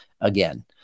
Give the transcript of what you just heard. again